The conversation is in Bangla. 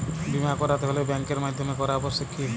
বিমা করাতে হলে ব্যাঙ্কের মাধ্যমে করা আবশ্যিক কি?